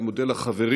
אני מודה לחברים.